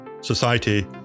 society